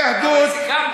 אבל סיכמנו.